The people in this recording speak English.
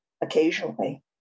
occasionally